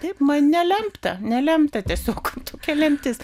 taip man nelemta nelemta tiesiog tokia lemtis